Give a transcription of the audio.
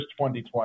2020